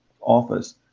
office